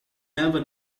never